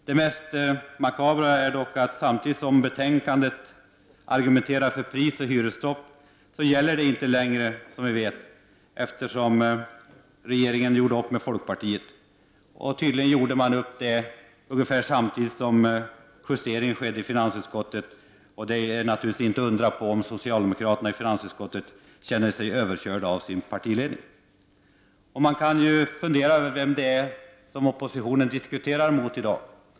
Det mest makabra är dock att samtidigt som det i betänkandet argumenterats för prisoch hyresstopp gäller inte detta längre, eftersom regeringen har gjort upp med folkpartiet. Tydligen skedde det-ungefär samtidigt som justeringen av betänkandet skedde i finansutskottet. Det är lätt att förstå att socialdemokraterna i finansutskottet kanske känner sig överkörda av sin partiledning. Man kan fundera över vem det är som oppositionen diskuterar med i dag.